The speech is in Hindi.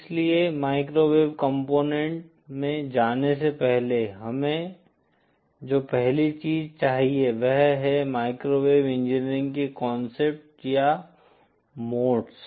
इसलिए माइक्रोवेव कंपोनेंट में जाने से पहले हमें जो पहली चीज चाहिए वह है माइक्रोवेव इंजीनियरिंग के कॉन्सेप्ट्स या मोड्स